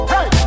Hey